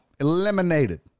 Eliminated